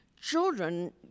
children